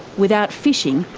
without fishing,